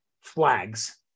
flags